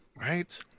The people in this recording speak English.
Right